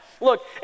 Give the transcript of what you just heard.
Look